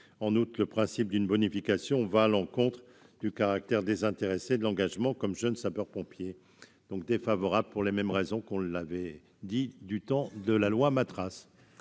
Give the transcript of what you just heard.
en août, le principe d'une bonification va à l'encontre du caractère désintéressé de l'engagement comme jeune sapeur-pompier donc défavorable pour les mêmes raisons, qu'on l'avait dit du temps de la loi Matra.